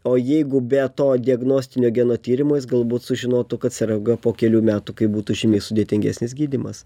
o jeigu be to diagnostinio geno tyrimo jis galbūt sužinotų kad serga po kelių metų kai būtų žymiai sudėtingesnis gydymas